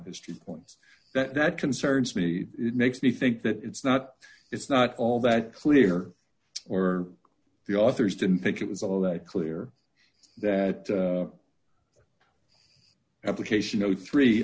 history points that concerns me it makes me think that it's not it's not all that clear or the authors didn't think it was all that clear that application no three